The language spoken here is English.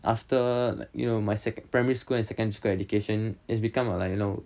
after like you know my second primary school and secondary school education it's become uh like you know